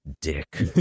dick